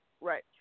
Right